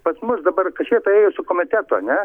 pats dabar kašėta ėjo su komiteto ane